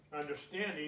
understanding